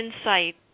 insight